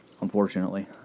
unfortunately